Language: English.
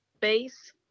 base